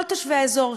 כל תושבי האזור,